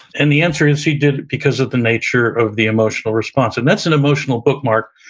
and the answer is, he did it because of the nature of the emotional response, and that's an emotional bookmark.